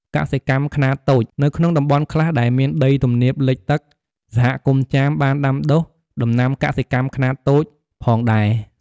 កសិកម្មខ្នាតតូច នៅក្នុងតំបន់ខ្លះដែលមានដីទំនាបលិចទឹក សហគមន៍ចាមក៏បានដាំដុះ ដំណាំកសិកម្មខ្នាតតូច ផងដែរ។